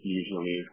usually